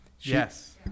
Yes